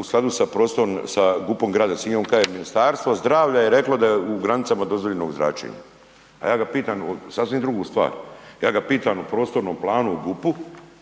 u skladu sa prostornim, sa GUP-om Grada Sinja, on kaže: „Ministarstvo zdravlja je reklo da je u granicama dozvoljenog zračenja.“ A ja ga pitam sasvim drugu stvar. Ja ga pitam o prostornom planu, o GUP-u,